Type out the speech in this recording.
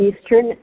Eastern